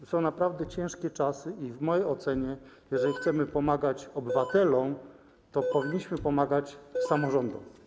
To są naprawdę ciężkie czasy i w mojej ocenie, jeżeli chcemy pomagać obywatelom, powinniśmy pomagać samorządom.